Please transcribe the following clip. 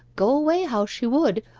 go away how she would,